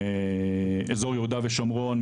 מאזור יהודה ושומרון,